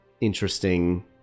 interesting